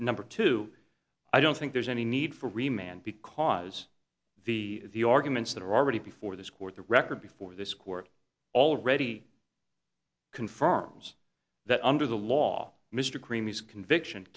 number two i don't think there's any need for a man because the the arguments that are already before this court the record before this court already confirms that under the law mr c